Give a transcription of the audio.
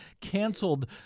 canceled